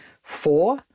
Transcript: Four